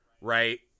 right